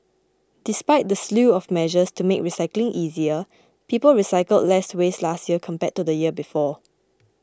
despite the slew of measures to make recycling easier people recycled less waste last year compared to the year before